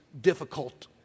difficult